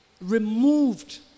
removed